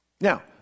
Now